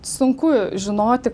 sunku žinoti